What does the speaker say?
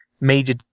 major